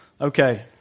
Okay